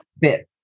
bit